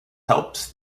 helps